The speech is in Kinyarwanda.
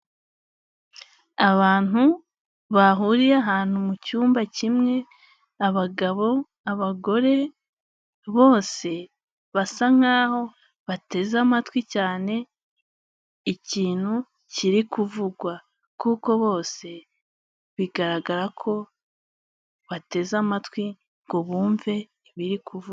Abantu bahuriye ahantu mu cyumba kimwe, abagabo, abagore bose basa nk'aho bateze amatwi cyane ikintu kiri kuvugwa, kuko bose bigaragara ko bateze amatwi ngo bumve ibiri kuvu...